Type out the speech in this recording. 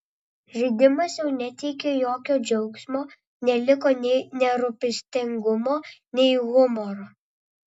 žaidimas jau neteikė jokio džiaugsmo neliko nei nerūpestingumo nei humoro